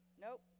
Nope